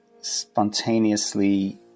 spontaneously